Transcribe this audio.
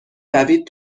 دوید